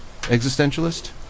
existentialist